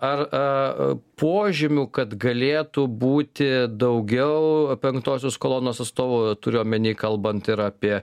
ar a požymių kad galėtų būti daugiau penktosios kolonos atstovų turiu omeny kalbant ir apie